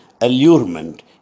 Allurement